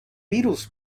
virus